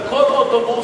על כל אוטובוס,